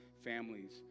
families